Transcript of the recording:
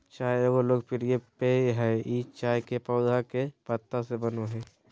चाय एगो लोकप्रिय पेय हइ ई चाय के पौधा के पत्ता से बनो हइ